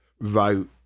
wrote